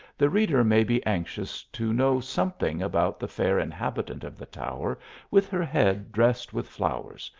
the reader may be anxious to know something about the fair inhabitant of the tower with her head drest with flowers,